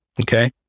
Okay